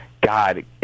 God